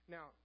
Now